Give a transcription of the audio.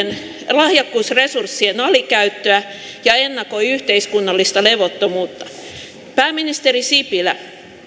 lahjakkuusresurssien alikäyttöä ja ennakoi yhteiskunnallista levottomuutta pääministeri sipilä